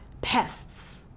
pests